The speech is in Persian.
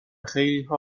خیلیها